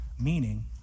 meaning